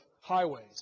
highways